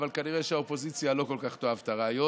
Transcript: אבל כנראה שהאופוזיציה לא כל כך תאהב את הרעיון,